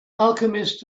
alchemist